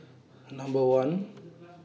Number one